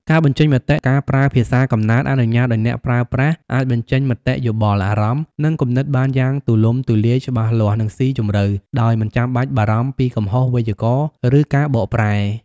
ការបញ្ចេញមតិ ការប្រើភាសាកំណើតអនុញ្ញាតឲ្យអ្នកប្រើប្រាស់អាចបញ្ចេញមតិយោបល់ អារម្មណ៍ និងគំនិតបានយ៉ាងទូលំទូលាយ ច្បាស់លាស់ និងស៊ីជម្រៅ ដោយមិនចាំបាច់បារម្ភពីកំហុសវេយ្យាករណ៍ ឬការបកប្រែ។